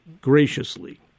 graciously